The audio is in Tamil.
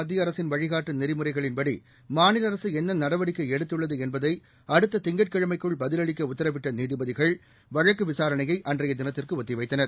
மத்திய அரசின் வழிகாட்டு நெறிமுறைகளின்படி மாநில அரசு என்ன நடவடிக்கை எடுத்துள்ளது என்பதை அடுத்த திங்கட்கிழமைக்குள் பதிலளிக்க உத்தரவிட்ட நீதிபதிகள் வழக்கு விசாரணையை அன்றைய தினத்திற்கு ஒத்திவைத்தனர்